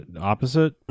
Opposite